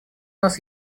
нас